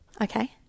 Okay